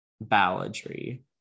balladry